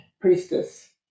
priestess